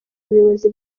ubuyobozi